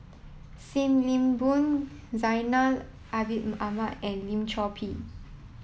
Sim Nee Boon Zainal Ahmad and Lim Chor Pee